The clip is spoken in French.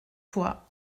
fois